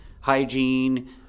hygiene